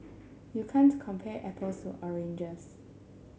you can't compare apples or oranges